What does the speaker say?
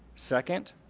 second,